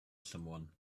someone